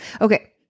Okay